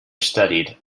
studied